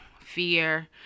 fear